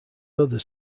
others